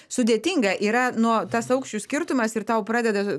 sudėtinga yra nuo tas aukščių skirtumas ir tau pradeda